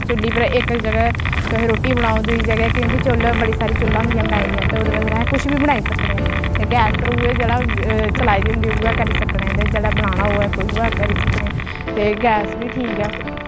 चु'ल्ली पर इक ज'गा तुस रुट्टी बनाओ दूई ज'गा क्योंकि चु'ल्ल बड़ी सारी चु'ल्लां होंदियां बनाई दियां ते ओह्दे पर अस कुछ बी बनाई सकने ऐं ते गैस पर उ'ऐ जेह्ड़ा चलाई दी होंदी ऐ उ'ऐ करी सकनें ते जेह्ड़ा बनाना होऐ उ'ऐ करी सकनें ते गैस बी ठीक ऐ